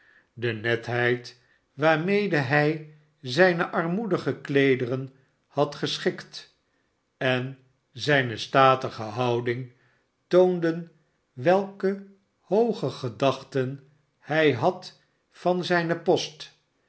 de netheid waarmede hij zijne armoedige kleederen had geschikt en zijne statige houding toonden welke hooge gedachten hij had van zijn post